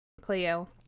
Cleo